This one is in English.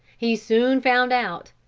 he soon found out.